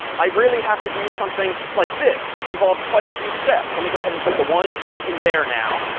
i really have to do something like this, which involves quite a few steps. let me go ahead and put the one in there now.